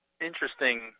interesting